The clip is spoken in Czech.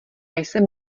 jsem